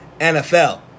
NFL